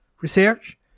Research